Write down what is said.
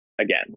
again